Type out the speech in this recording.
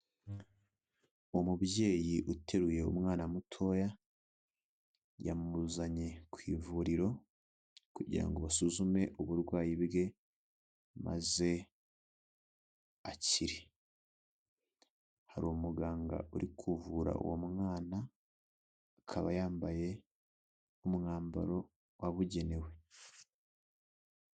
Umubyeyi uteruye umwana mutoya yamuzanye ku ivuriro kugira ngo asuzume uburwayi bwe maze akire, hari umuganga uri kuvura uwo mwana akaba yambaye umwambaro wabugenewe.